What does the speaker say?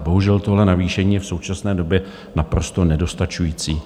Bohužel tohle navýšení je v současné době naprosto nedostačující.